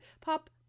pop